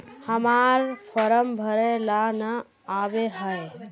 हम्मर फारम भरे ला न आबेहय?